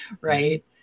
right